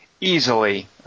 Easily